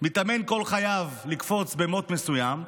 מתאמן כל חייו לקפוץ במוט מסוים,